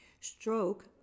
Stroke